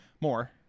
More